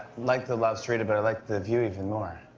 like the lobsterita, but i like the view even more.